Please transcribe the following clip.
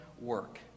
work